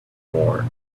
war